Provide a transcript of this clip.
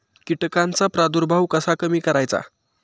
कीटकांचा प्रादुर्भाव कसा कमी करायचा?